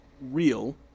real